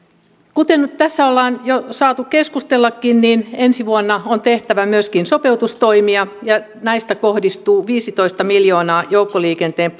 kuten tässä ollaan saatu jo keskustellakin niin ensi vuonna on tehtävä myöskin sopeutustoimia ja näistä kohdistuu viisitoista miljoonaa joukkoliikenteen